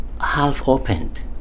half-opened